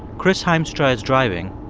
chris hiemstra is driving,